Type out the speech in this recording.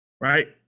right